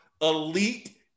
elite